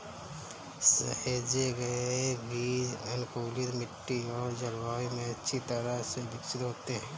सहेजे गए बीज अनुकूलित मिट्टी और जलवायु में अच्छी तरह से विकसित होते हैं